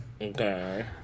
Okay